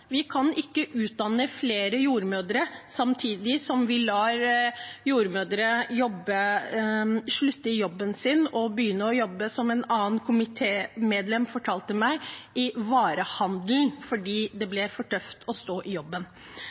Vi kan ikke utdanne flere jordmødre samtidig som vi lar jordmødre slutte i jobben og begynne i varehandelen – som et annet komitémedlem fortalte meg – fordi det blir for tøft å stå i jobben.